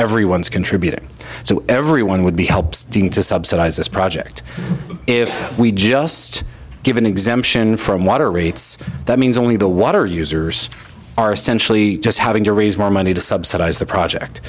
everyone is contributing so everyone would be helps to subsidize this project if we just give an exemption from water rates that means only the water users are essentially just having to raise more money to subsidize the project